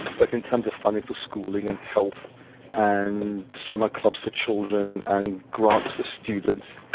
but in terms of funding for schooling and health and summer clubs for children and grants for students,